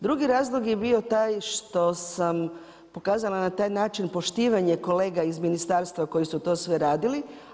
Drugi razlog je bio taj što sam pokazala na taj način poštivanja kolega iz Ministarstva koji su to sve radili.